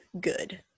good